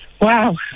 Wow